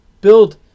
build